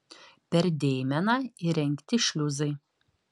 per deimeną įrengti šliuzai